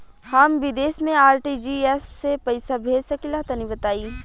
हम विदेस मे आर.टी.जी.एस से पईसा भेज सकिला तनि बताई?